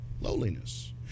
lowliness